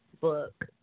book